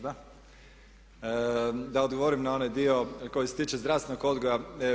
Da odgovorim na onaj dio koji se tiče zdravstvenog odgoja.